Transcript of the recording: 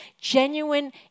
genuine